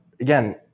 again